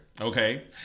okay